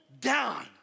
down